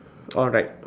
alright